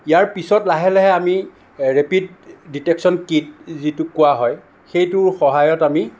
ইয়াৰ পিছত লাহে লাহে আমি ৰেপিট ডিটেকশ্যন কিট যিটোক কোৱা হয় সেইটোৰ সহায়ত আমি